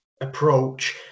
approach